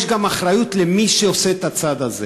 יש גם אחריות למי שעושה את הצעד הזה.